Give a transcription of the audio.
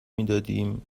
میدادیم